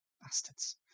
Bastards